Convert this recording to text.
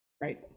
Right